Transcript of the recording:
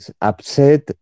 upset